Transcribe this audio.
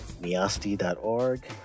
miasti.org